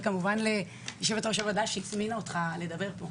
וכמובן ליושבת-ראש הוועדה שהזמינה אותך לדבר פה.